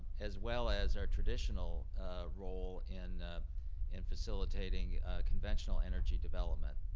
as well as our traditional role in and facilitating conventional energy development.